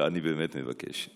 לא, אני באמת מבקש.